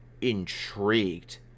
intrigued